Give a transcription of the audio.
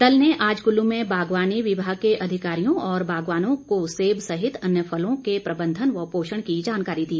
दल ने आज कुल्लू में बागवानी विमाग के अधिकारियों और बागवानों को सेब सहित अन्य फलों के प्रबंधन व पोषण की जानकारी दी